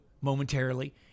momentarily